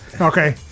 Okay